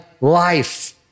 life